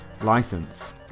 license